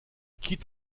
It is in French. quitte